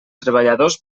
treballadors